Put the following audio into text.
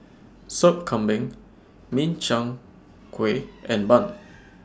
Sop Kambing Min Chiang Kueh and Bun